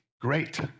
great